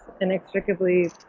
inextricably